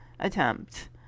attempt